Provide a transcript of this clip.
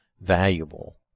valuable